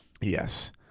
Yes